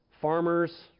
Farmers